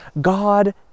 God